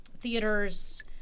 theaters